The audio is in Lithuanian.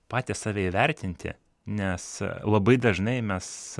patį save įvertinti nes labai dažnai mes